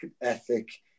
ethic